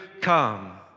come